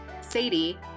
Sadie